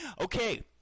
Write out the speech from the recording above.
Okay